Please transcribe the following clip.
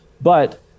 But-